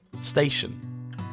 station